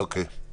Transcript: אוקיי.